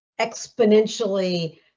Exponentially